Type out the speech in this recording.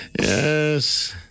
Yes